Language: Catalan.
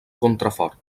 contrafort